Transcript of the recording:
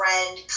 friend